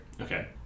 Okay